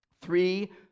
Three